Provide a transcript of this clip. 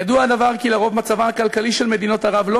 ידוע הדבר כי לרוב מצבן הכלכלי של מדינות ערב לא